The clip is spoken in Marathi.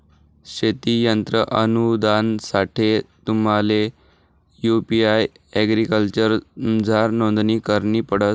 शेती यंत्र अनुदानसाठे तुम्हले यु.पी एग्रीकल्चरमझार नोंदणी करणी पडस